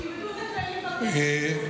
שילמדו את הכללים בכנסת הזאת.